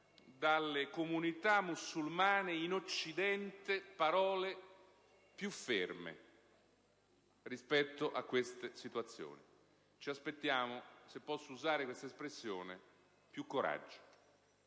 dalle comunità musulmane in Occidente parole più ferme rispetto a queste situazioni. Ci aspettiamo, se posso usare tale espressione, più coraggio,